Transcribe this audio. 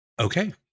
Okay